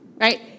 right